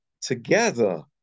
together